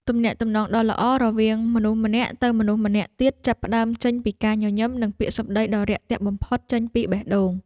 ទំនាក់ទំនងដ៏ល្អរវាងមនុស្សម្នាក់ទៅមនុស្សម្នាក់ទៀតចាប់ផ្តើមចេញពីការញញឹមនិងពាក្យសម្តីដ៏រាក់ទាក់បំផុតចេញពីបេះដូង។